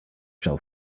shall